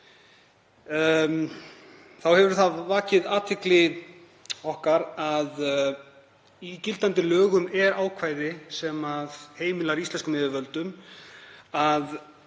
Þá hefur það vakið athygli okkar að í gildandi lögum er ákvæði sem heimilar íslenskum yfirvöldum að